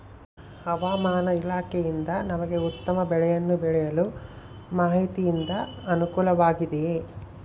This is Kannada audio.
ಹವಮಾನ ಇಲಾಖೆಯಿಂದ ನಮಗೆ ಉತ್ತಮ ಬೆಳೆಯನ್ನು ಬೆಳೆಯಲು ಮಾಹಿತಿಯಿಂದ ಅನುಕೂಲವಾಗಿದೆಯೆ?